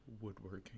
woodworking